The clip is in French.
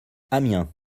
amiens